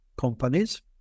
companies